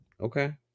Okay